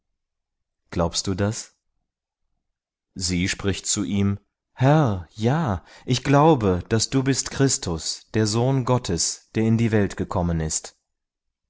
glaubst du das sie spricht zu ihm herr ja ich glaube daß du bist christus der sohn gottes der in die welt gekommen ist